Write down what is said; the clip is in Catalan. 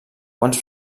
quants